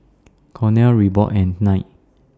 Cornell Reebok and Knight